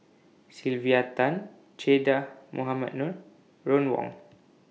Sylvia Tan Che Dah Mohamed Noor and Ron Wong